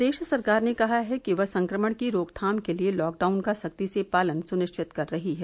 प्रदेश सरकार ने कहा है कि वह संक्रमण की रोकथाम के लिए लॉकडाउन का सख्ती से पालन सुनिश्चित कर रही है